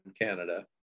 Canada